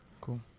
cool